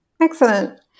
Excellent